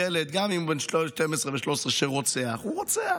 ילד, גם אם בן 12 ו-13 שרוצח, הוא רוצח.